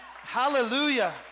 Hallelujah